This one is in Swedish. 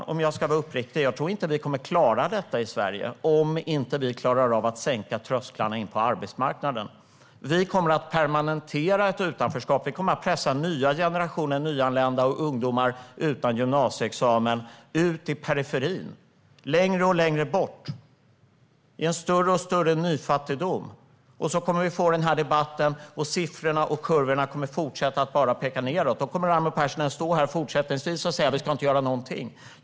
Om jag ska vara uppriktig tror jag inte att vi kommer att klara detta i Sverige om vi inte klarar av att sänka trösklarna in på arbetsmarknaden. Vi kommer att permanenta ett utanförskap. Vi kommer att pressa nya generationer nyanlända och ungdomar utan gymnasieexamen ut i periferin, längre och längre bort, i en större och större nyfattigdom. Och så kommer vi att få den här debatten, och siffrorna och kurvorna kommer att fortsätta att bara peka nedåt. Då kommer Raimo Pärssinen att stå här fortsättningsvis och säga: Vi ska inte göra någonting.